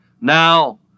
now